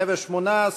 118,